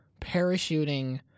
parachuting